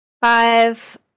five